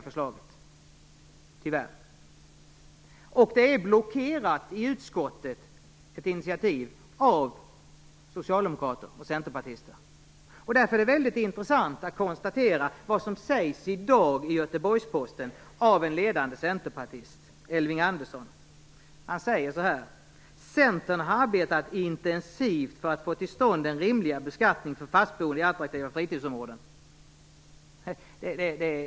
Initiativ i utskottet är blockerade av socialdemokrater och centerpartister. Därför är det väldigt intressant att konstatera vad som sägs av en ledande centerpartist, Elving Andersson, i dagens Göteborgs-Posten. Han säger så här: Centern arbetar intensivt för att få till stånd en rimligare beskattning för fastboende i attraktiva fritidsområden.